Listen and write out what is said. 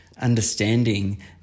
understanding